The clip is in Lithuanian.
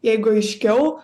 jeigu aiškiau